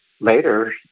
later